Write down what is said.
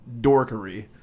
dorkery